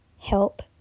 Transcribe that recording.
help